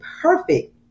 perfect